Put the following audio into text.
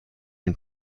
une